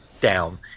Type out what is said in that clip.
down